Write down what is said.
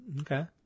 Okay